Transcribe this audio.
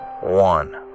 one